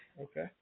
Okay